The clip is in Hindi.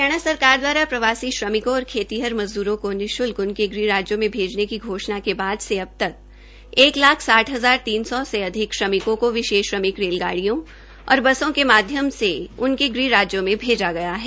हरियाणा सरकार द्वारा प्रवासी श्रमिकों और खेतीहार मजदूरों को निशुल्क उनके ग़ह राज्यों में भेजने की घोषणा के बाद अब तक एक लाख साठ हजार तीन सौ से अधिक श्रमिकों को विशेष श्रमिक रेलगाड़ी और बसों के माध्यम से उनके गृह राज्यों में भेजा गया है